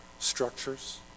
structures